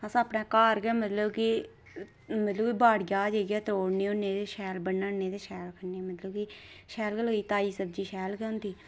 अस अपने घर गै मतलब कि मतलब कि बाड़िया जाइयै तोड़ने होन्ने ते शैल बनान्ने ते शैल खन्नें मतलब कि शैल ताज़ी सब्ज़ी शैल गै होंदी